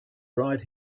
right